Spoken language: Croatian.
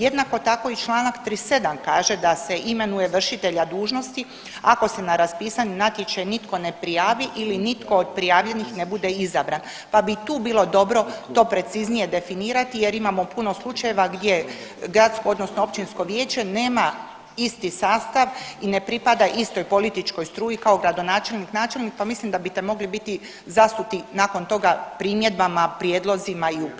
Jednako tako i čl. 37 kaže da se imenuje vršitelja dužnosti, ako se na raspisani natječaj nitko ne prijavi ili nitko od prijavljenih ne bude izabran pa bi tu bilo dobro to preciznije definirati jer imamo puno slučajeva gdje gradsko odnosno općinsko vijeće nema isti sastav i ne pripada istoj političkoj struji kao gradonačelnik, načelnik pa mislim da bi te mogli biti zasuti nakon toga primjedbama, prijedlozima i upitima na ovo